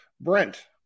Brent